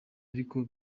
ariko